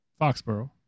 Foxborough